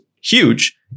huge